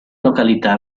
località